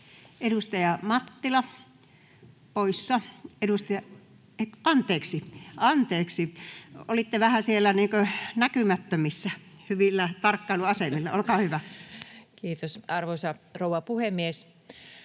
Edustaja Mattila poissa. [Salista: Ei ole!] — Anteeksi, olitte vähän siellä näkymättömissä hyvillä tarkkailuasemilla. — Olkaa hyvä. Kiitos, arvoisa rouva puhemies!